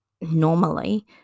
normally